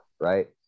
right